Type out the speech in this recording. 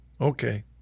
okay